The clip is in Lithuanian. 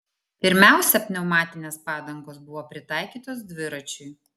pirmiausia pneumatinės padangos buvo pritaikytos dviračiui